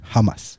Hamas